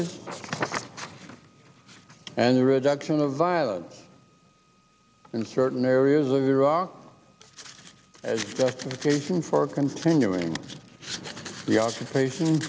es and the reduction of violence in certain areas of iraq as gratification for continuing the occupation